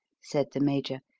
said the major.